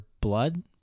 Blood